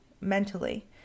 mentally